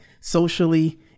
socially